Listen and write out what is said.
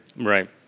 Right